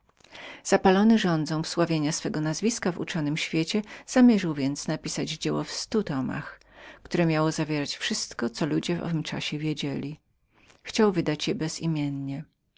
zapalony żądzą wsławienia swego nazwiska w uczonym świecie zamierzył napisać dzieło w stu tomach które miało zawierać wszystko co ludzie w jego czasie wiedzieli chciał wydać je bezimiennie